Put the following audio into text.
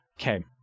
Okay